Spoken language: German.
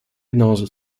genauso